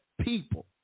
people